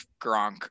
Gronk